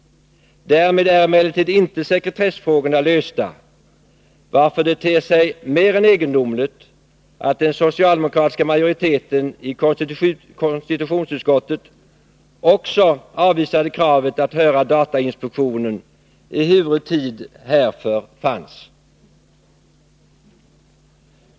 Därmed är emellertid inte sekretessfrågorna lösta, varför det ter sig mer än egendomligt att den socialdemokratiska majoriteten i konstitutionsutskottet också avvisade kravet att höra datainspektionen — ehuru tid härför fanns.